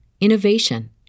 innovation